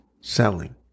selling